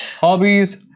Hobbies